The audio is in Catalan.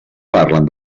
parlen